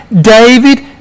David